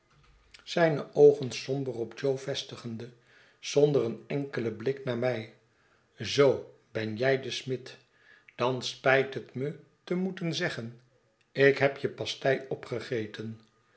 zijne oogen somber op jo vestigende zonder een enkelen blik naar mij zoo benj ij de smid dan spijt het me te moeten zeggen ik hebje pastei opgegeten